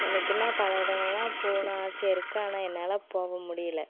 எனக்கு இன்னும் பல இடங்கள்லாம் போகணும் ஆசையாக இருக்குது ஆனால் என்னால் போக முடியல